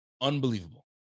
Unbelievable